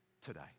today